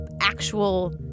actual